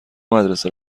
مدرسه